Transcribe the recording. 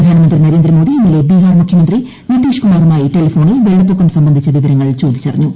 പ്രധാനമന്ത്രി നരേന്ദ്രമോദി ഇന്നലെ ബിഹാർ മുഖ്യമന്ത്രി നിതീഷ് കുമാറുമായി ടെലിഫോണിൽ വെള്ളപ്പൊക്കം സംബന്ധിച്ച വിവരങ്ങൾ ചോദിച്ചുറിഞ്ഞു